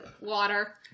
water